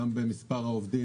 גם במספר העובדים.